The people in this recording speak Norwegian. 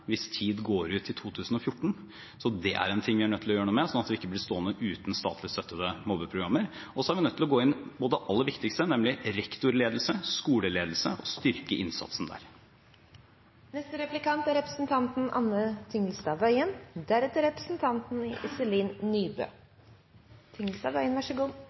hvis tid går ut i 2014. Det er ting vi er nødt til å gjøre noe med, slik at vi ikke blir stående uten statlig støttede mobbeprogrammer, og så er vi nødt til å gå inn på det aller viktigste, nemlig rektorledelse og skoleledelse, og styrke innsatsen der. Jeg har lyst til å slutte meg til forrige taler og si at det er bra at statsråden er en så